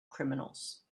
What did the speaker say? criminals